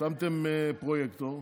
שמתם פרויקטור,